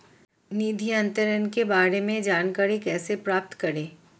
निधि अंतरण के बारे में जानकारी कैसे प्राप्त करें?